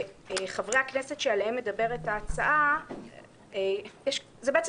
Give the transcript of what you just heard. חברי הכנסת שעליהם מדברת ההצעה אלו בעצם